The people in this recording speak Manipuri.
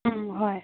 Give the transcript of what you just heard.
ꯎꯝ ꯍꯣꯏ